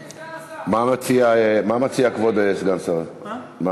אדוני סגן השר, מה מציע כבוד סגן השר?